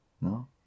No